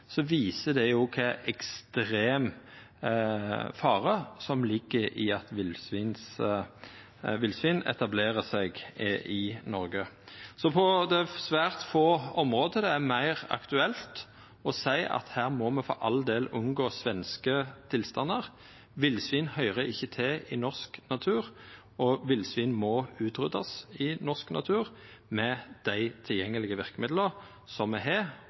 som ligg i at villsvin etablerer seg i Noreg. Det er på svært få område det er meir aktuelt å seia at her må me for all del unngå svenske tilstandar. Villsvin høyrer ikkje til i norsk natur. Villsvin må utryddast i norsk natur med dei tilgjengelege verkemidla me har,